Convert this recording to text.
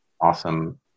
awesome